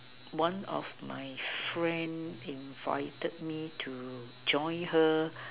one of my friend invited me to join her